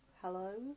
hello